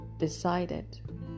decided